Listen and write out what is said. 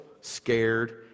scared